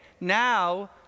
now